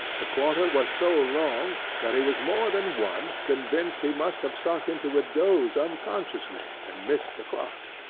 the quarter was so long, that he was more than once convinced he must have sunk into a doze unconsciously, and missed the clock.